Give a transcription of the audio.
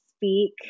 speak